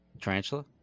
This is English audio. tarantula